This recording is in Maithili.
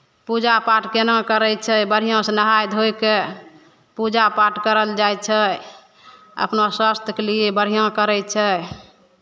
पूजा पाठ केना करै छै बढ़िआँसँ नहाय धोय कऽ पूजा पाठ करल जाइ छै अपना स्वास्थ्यके लिए बढ़िआँ करै छै